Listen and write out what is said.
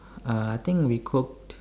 uh I think we cooked